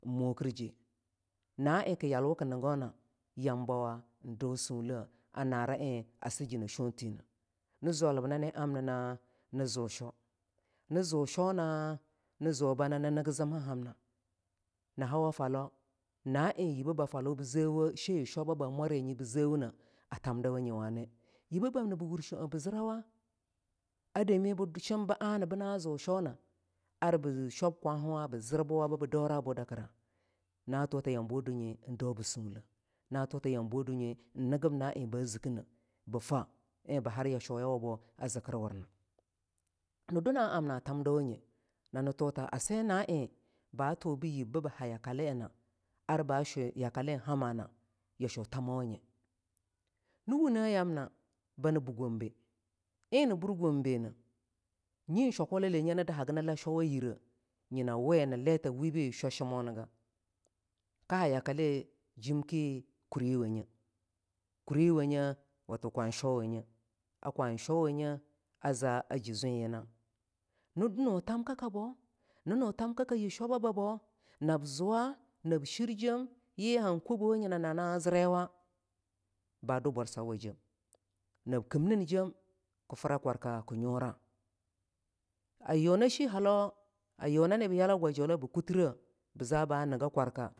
Ne eing kii yalwu ki nugana yambawa eing dau sunleh aa nara eing a sijine shwotineh nizwalab nani amnina ni zu shwa ni zu sheaw na ni zu ba nani niggi zimhahamna nii hawa falau a eing yibebe falau bii zewe shei shwababa mwaryayanyi bii zewine a thamdawanyi ani yi bebanna bii wur shwoeing bii zirawa a damii bii shim bii ana bina zushwona ar bii shwab kwa tiwa bii zirbuwa ba bii daurabu dakira a tuta yambawadunyi ein daubu sunleh na tuta yambodunyi eing igib na eing ba zikkine bii fah eing bii har yashuyawabo zikir a nii du na amna tamdawanye ati thuta a seh na eing bii tubu yibbi baa ha yakalina ar ba shu yakalen hamana, yashu tamawanye. Nii wune amna bani buh gombe eing nii bur gombe ne nyi shwakula lanye nii dahagi i la shwawa yire yina wee nii leah ta we bii shwa shimoniga kii ha yakale jimikie kuriwonye, kuriwonye ato kwayinshwawanye a kwayin shwawanye aza jii zwenyina ni nu thamkakabo, nii u thamka yii shwaba babo, nab zuwa nab shirjem yean han kobowayina na ziriwa ba du bwarsawa jem nab kimninjem kii fira kwarka kii nyura. Ayuna shehalawo a yunane bii yala wajula bikutire bii za ba niga kwarka.